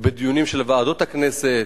ובדיונים של ועדות הכנסת,